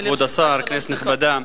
לרשותך שלוש דקות.